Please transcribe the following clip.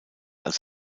als